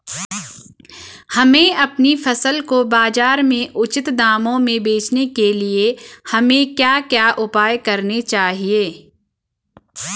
हमें अपनी फसल को बाज़ार में उचित दामों में बेचने के लिए हमें क्या क्या उपाय करने चाहिए?